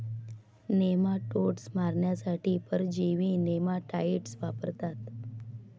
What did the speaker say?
nematodes मारण्यासाठी परजीवी nematicides वापरतात